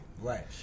Right